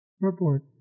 Report